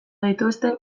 dituzte